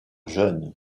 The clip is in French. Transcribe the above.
jeune